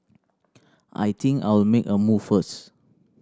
I think I'll make a move first